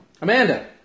Amanda